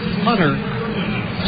Hunter